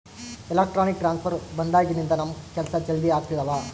electronic transfer ಬಂದಾಗಿನಿಂದ ನಮ್ ಕೆಲ್ಸ ಜಲ್ದಿ ಆಗ್ತಿದವ